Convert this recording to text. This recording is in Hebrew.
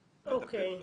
אוטומטי.